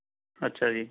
ਅੱਛਾ ਜੀ